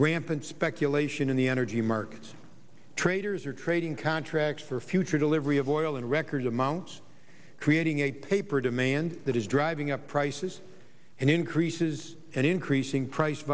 rampant speculation in the energy markets traders are trading contracts for future delivery of oil in record amounts creating a paper demand that is driving up prices and increases and increasing price